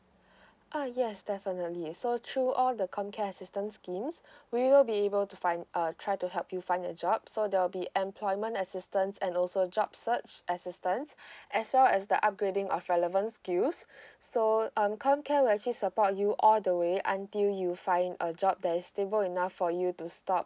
uh yes definitely so through all the comcare assistance schemes we will be able to find uh try to help you find a job so there'll be employment assistance and also job search assistance as well as the upgrading of relevant skills so um comcare will actually support you all the way until you find a job that is stable enough for you to stop